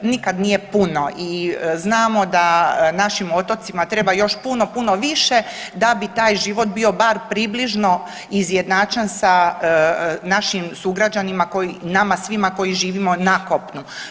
Nikad nije puno i znamo da našim otocima treba još puno, puno više da bi taj život bio bar približno izjednačen sa našim sugrađanima i nama svima koji živimo na kopnu.